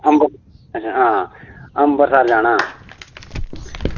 आं अंबरसर जाना हा